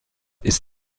ist